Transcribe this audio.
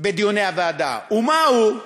בדיוני הוועדה, ומהו?